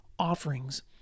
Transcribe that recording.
offerings